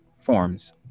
forms